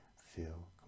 feel